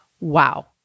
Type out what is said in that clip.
Wow